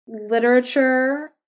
literature